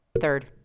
Third